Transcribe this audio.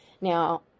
Now